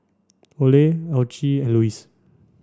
Ole Alcee and Luis